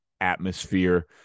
atmosphere